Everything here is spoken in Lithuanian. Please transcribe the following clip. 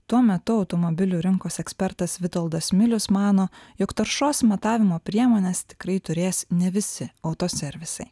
tuo metu automobilių rinkos ekspertas vitoldas milius mano jog taršos matavimo priemones tikrai turės ne visi autoservisai